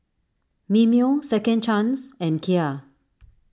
Mimeo Second Chance and Kia